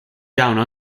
down